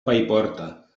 paiporta